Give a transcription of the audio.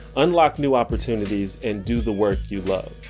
unlock new opportunities, and do the work you love.